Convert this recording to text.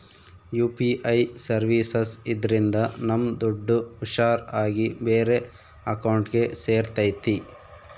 UPI services ಇದ್ರಿಂದ ನಮ್ ದುಡ್ಡು ಹುಷಾರ್ ಆಗಿ ಬೇರೆ ಅಕೌಂಟ್ಗೆ ಸೇರ್ತೈತಿ